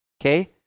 Okay